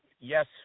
Yes